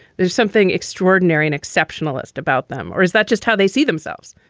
there's something extraordinary in exceptionalist about them. or is that just how they see themselves?